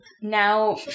now